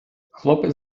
хлопець